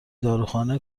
داروخانه